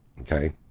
Okay